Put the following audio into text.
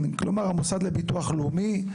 יש לך מישהו בלשכה שיכול לבדוק לי את זה?